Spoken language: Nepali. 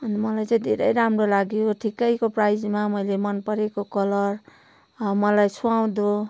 अनि मलाई चाहिँ धेरै राम्रो लाग्यो ठिकैको प्राइजमा मैले मन परेको कलर मलाई सुहाउँदो